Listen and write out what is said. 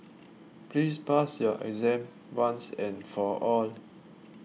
please pass your exam once and for all